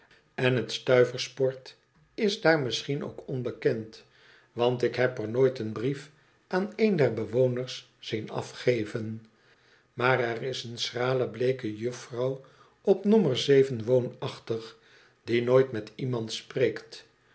en het stuiversport is daar misschien ook onbekend want ik heb er nooit een brief aan een der bewoners zien afgeven maar er is een lange schrale bleeke juffrouw op nommer zeven woonachtig die nooit met iemand spreekt